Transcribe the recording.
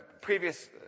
previous